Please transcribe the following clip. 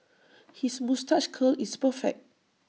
his moustache curl is perfect